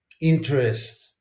interests